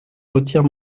retire